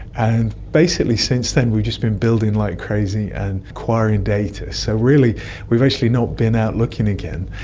and basically since then we've just been building like crazy and acquiring data. so really we've actually not been out looking again.